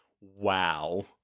Wow